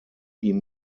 ihm